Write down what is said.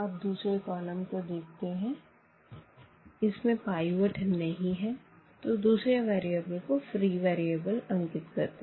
अब दूसरे कॉलम को देखते है इसमें पाइवट नहीं है तो दूसरे वेरिएबल को फ्री वेरिएबल अंकित कर दें